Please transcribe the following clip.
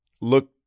look